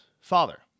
father